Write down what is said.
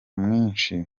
mwinshi